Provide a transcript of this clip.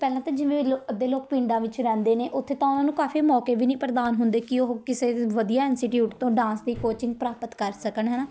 ਪਹਿਲਾਂ ਤਾਂ ਜਿਵੇਂ ਲ ਅੱਧੇ ਲੋਕ ਪਿੰਡਾਂ ਵਿੱਚ ਰਹਿੰਦੇ ਨੇ ਉੱਥੇ ਤਾਂ ਉਹਨਾਂ ਨੂੰ ਕਾਫੀ ਮੌਕੇ ਵੀ ਨਹੀਂ ਪ੍ਰਦਾਨ ਹੁੰਦੇ ਕਿ ਉਹ ਕਿਸੇ ਵੀ ਵਧੀਆ ਇੰਸਟੀਊਟ ਤੋਂ ਡਾਂਸ ਦੀ ਕੋਚਿੰਗ ਪ੍ਰਾਪਤ ਕਰ ਸਕਣ ਹੈ ਨਾ